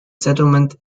settlement